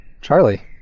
Charlie